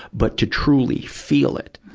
but to truly feel it.